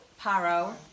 Paro